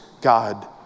God